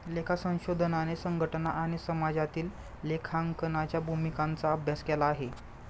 लेखा संशोधनाने संघटना आणि समाजामधील लेखांकनाच्या भूमिकांचा अभ्यास केला आहे